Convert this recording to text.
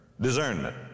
discernment